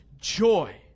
joy